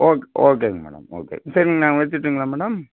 okay ஓகேங்க madam ஓகேங்க சரி நான் வச்சுருட்டுங்லாங் மேடம்